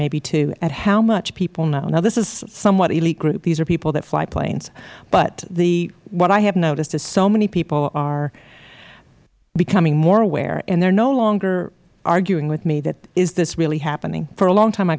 maybe two at how much people know now this is somewhat of an elite group these are people who fly planes what i have noticed is so many people are becoming more aware and they are no longer arguing with me that is this really happening for a long time i